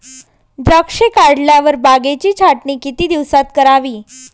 द्राक्षे काढल्यावर बागेची छाटणी किती दिवसात करावी?